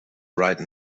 right